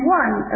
one